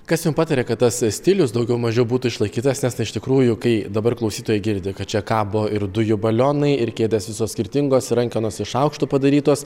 kas jum pataria kad tas stilius daugiau mažiau būtų išlaikytas nes na iš tikrųjų kai dabar klausytojai girdi kad čia kabo ir dujų balionai ir kėdės visos skirtingos rankenos iš šaukštų padarytos